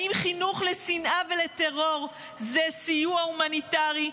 האם חינוך לשנאה ולטרור זה סיוע הומניטרי?